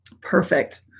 perfect